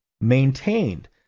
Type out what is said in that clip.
maintained